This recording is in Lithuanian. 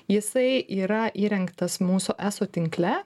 jisai yra įrengtas mūsų eso tinkle